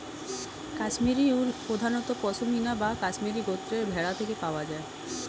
কাশ্মীরি উল প্রধানত পশমিনা বা কাশ্মীরি গোত্রের ভেড়া থেকে পাওয়া যায়